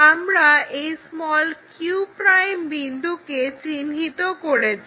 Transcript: আমরা এই q' বিন্দুকে চিহ্নিত করেছি